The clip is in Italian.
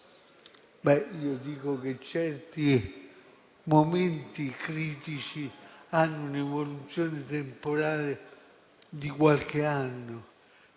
mano. Io dico che certi momenti critici hanno un'evoluzione temporale di qualche anno.